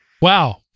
wow